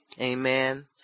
Amen